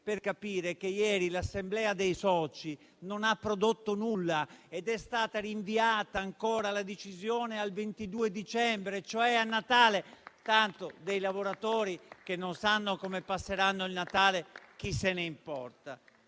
per capire che ieri l'assemblea dei soci non ha prodotto nulla ed è stata rinviata ancora la decisione al 22 dicembre, cioè a Natale, tanto dei lavoratori che non sanno come passeranno il Natale chi se ne importa?